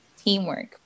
teamwork